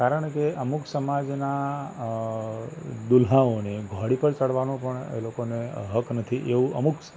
કારણ કે અમુક સમાજનાં દુલ્હાઓને ઘોડી પર ચઢવાનો પણ એ લોકોને હક નથી એવું અમુક